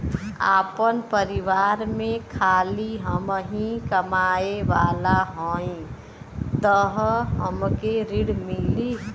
आपन परिवार में खाली हमहीं कमाये वाला हई तह हमके ऋण मिली?